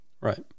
Right